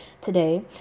today